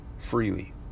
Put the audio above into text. freely